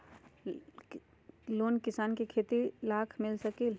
Loan किसान के खेती लाख मिल सकील?